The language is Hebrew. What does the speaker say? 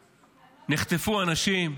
נרצחו אזרחים, נחטפו אנשים,